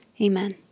Amen